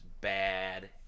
bad